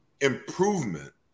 improvement